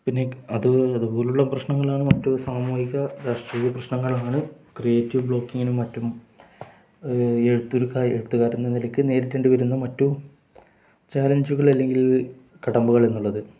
പിന്നെ അത് അതുപോലെയുള്ള പ്രശ്നങ്ങളാണ് മറ്റ സാമൂഹിക രാഷ്ട്രീയ പ്രശ്നങ്ങളാണ് ക്രിയേറ്റീവ് ബ്ലോക്കിങ്ങിനും മറ്റും എഴുത്തുകാർ എഴുത്തുകാരെന്ന നിലയ്ക്ക് നേരിട്ടേണ്ടി വരുന്ന മറ്റു ചാലഞ്ചുകൾ അല്ലെങ്കിൽ കടമ്പകൾ എന്നുള്ളത്